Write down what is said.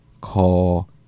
call